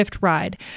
ride